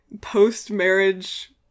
post-marriage